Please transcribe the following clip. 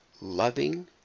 loving